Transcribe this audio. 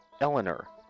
Eleanor